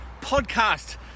podcast